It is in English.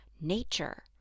Nature